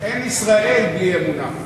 אין ישראל בלי אמונה.